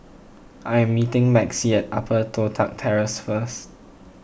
I am meeting Maxie at Upper Toh Tuck Terrace first